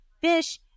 fish